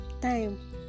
time